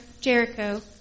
Jericho